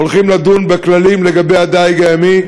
הולכים לדון בכללים לגבי הדיג הימי.